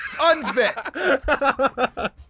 Unfit